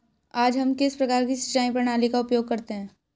आज हम किस प्रकार की सिंचाई प्रणाली का उपयोग करते हैं?